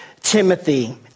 timothy